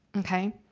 okay?